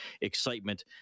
Excitement